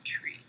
tree